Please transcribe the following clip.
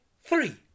three